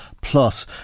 plus